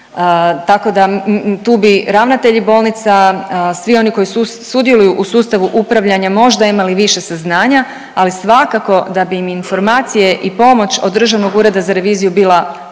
Tako da tu bi ravnatelji bolnica, svi oni koji sudjeluju u sustavu upravljanja možda imali više saznanja, ali svakako da bi im informacije i pomoć od Državnog ureda za reviziju bila potrebna